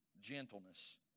Gentleness